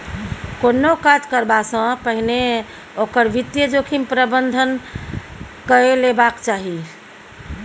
कोनो काज करबासँ पहिने ओकर वित्तीय जोखिम प्रबंधन कए लेबाक चाही